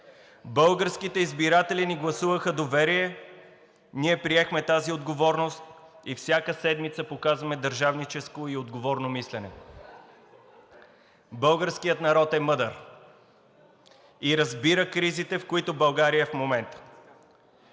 Българските избиратели ни гласуваха доверие, ние приехме тази отговорност и всяка седмица показваме държавническо и отговорно мислене. Българският народ е мъдър и разбира кризите, в които България е в момента